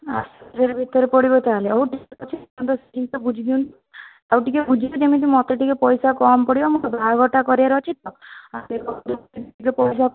ଆଠ ଦଶ ହଜାର ଭିତରେ ପଡ଼ିବ ତାହେଲେ ହଉ ଠିକ୍ ଅଛି ପାଞ୍ଚ ଦଶ ଦିନି ଭିତରେ ବୁଝି ଦିଅନ୍ତୁ ଆଉ ଟିକେ ବୁଝିକି ଯେମିତି ମୋତେ ଟିକେ ପଇସା କମ୍ ପଡ଼ିବ ମୁଁ ବାହାଘରଟା କରିବାର ଅଛି ତ